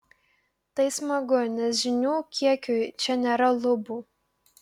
tai smagu nes žinių kiekiui čia nėra lubų